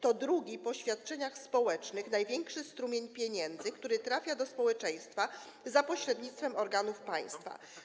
To drugi po świadczeniach społecznych największy strumień pieniędzy, który trafia do społeczeństwa za pośrednictwem organów państwa.